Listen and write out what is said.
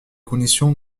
conditions